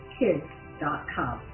kids.com